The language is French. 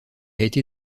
été